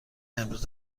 امروز